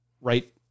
right